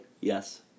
Yes